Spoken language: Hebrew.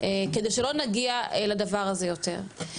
כדי שלא נגיע לדבר הזה יותר.